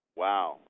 wow